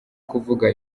kuvuga